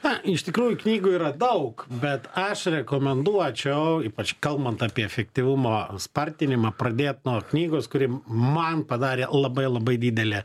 na iš tikrųjų knygų yra daug bet aš rekomenduočiau ypač kalbant apie efektyvumo spartinimą pradėt nuo knygos kuri man padarė labai labai didelę